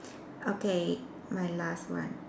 okay my last one